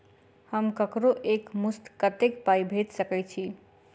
हम ककरो एक मुस्त कत्तेक पाई भेजि सकय छी?